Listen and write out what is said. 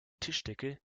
tischdecke